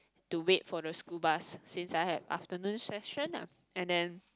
to wait for the school bus since I have afternoon session lah and then